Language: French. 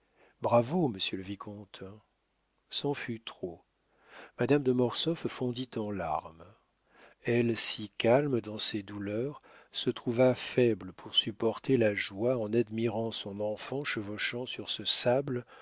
bravo monsieur le vicomte c'en fut trop madame de mortsauf fondit en larmes elle si calme dans ses douleurs se trouva faible pour supporter la joie en admirant son enfant chevauchant sur ce sable